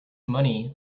money